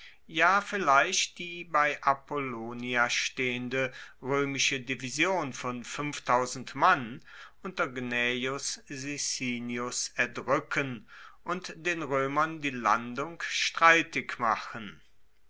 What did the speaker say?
ja vielleicht die bei apollonia stehende roemische division von mann unter gnaeus sicinius erdruecken und den roemern die landung streitig machen